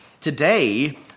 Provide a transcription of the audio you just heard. Today